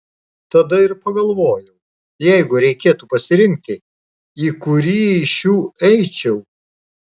tada ir pagalvojau jeigu reikėtų pasirinkti į kurį iš šių eičiau